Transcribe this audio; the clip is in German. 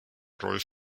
rolf